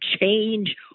change